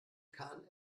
kahn